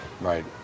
Right